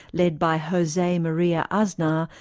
led by jose maria aznar,